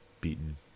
beaten